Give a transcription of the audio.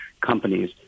companies